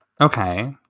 okay